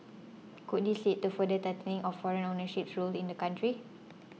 could this lead to further tightening of foreign ownership rules in the country